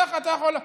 איך אתה יכול?